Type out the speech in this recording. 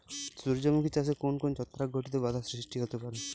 সূর্যমুখী চাষে কোন কোন ছত্রাক ঘটিত বাধা সৃষ্টি হতে পারে?